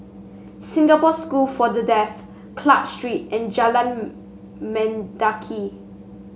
Singapore School for the Deaf Club Street and Jalan Mendaki